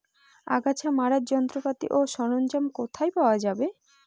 আগাছা মারার যন্ত্রপাতি ও সরঞ্জাম কোথায় পাওয়া যাবে?